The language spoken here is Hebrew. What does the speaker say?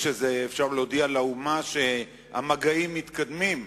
אפשר להודיע לאומה שהמגעים מתקדמים?